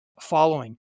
following